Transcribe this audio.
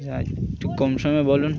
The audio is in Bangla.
একটু কম সময় বলুন